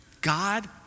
God